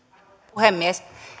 puhemies